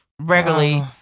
regularly